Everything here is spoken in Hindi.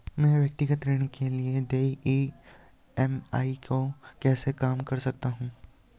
मैं व्यक्तिगत ऋण के लिए देय ई.एम.आई को कैसे कम कर सकता हूँ?